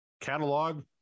catalog